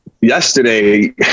yesterday